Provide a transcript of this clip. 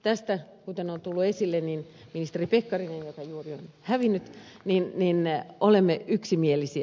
tästä kuten on tullut esille ministeri pekkarinen joka juuri on hävinnyt olemme yksimielisiä